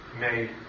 made